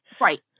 Right